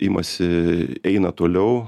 imasi eina toliau